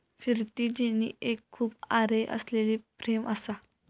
फिरती जेनी एक खूप आरे असलेली फ्रेम असा